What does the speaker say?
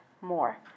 more